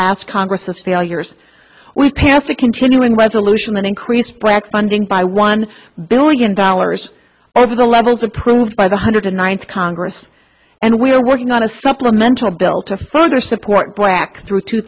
last congress of failures we passed a continuing resolution that increased brac funding by one billion dollars over the levels approved by the hundred ninth congress and we are working on a supplemental bill to further support black through two